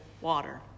water